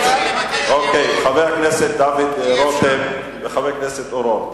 חבר הכנסת דוד רותם וחבר הכנסת אורון,